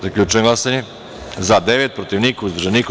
Zaključujem glasanje: za – 12, protiv – niko, uzdržan – niko.